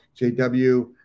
JW